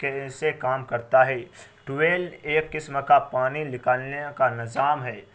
کیسے کام کرتا ہے ٹویل ایک قسم کا پانی نکالنے کا نظام ہے